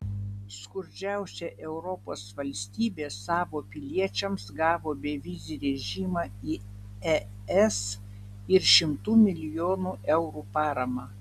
skurdžiausia europos valstybė savo piliečiams gavo bevizį režimą į es ir šimtų milijonų eurų paramą